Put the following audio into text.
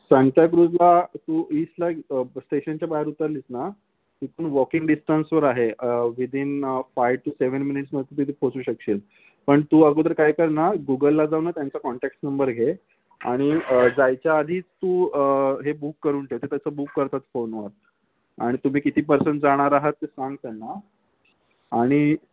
सांताक्रूझला तू ईस्टला एक स्टेशनच्या बाहेर उतरलीस ना तिथून वॉकिंग डिस्टंसवर आहे विदिन फाय टू सेवन मिनिटसमध्ये तिथे पोचू शकशील पण तू अगोदर काय कर ना गूगलला जाऊन ना त्यांचा कॉन्टॅक्टस नंबर घे आणि जायच्या आधी तू हे बुक करून ठेव ते तसं बुक करतात फोनवर आणि तुम्ही किती पर्सन जाणार आहात ते सांग त्यांना आणि